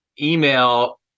Email